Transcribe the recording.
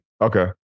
Okay